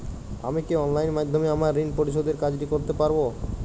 আমি কি অনলাইন মাধ্যমে আমার ঋণ পরিশোধের কাজটি করতে পারব?